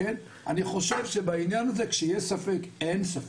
אני חושב שבענין הזה כשיש ספק אין ספק.